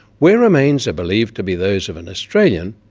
where remains are believed to be those of an australian,